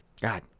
God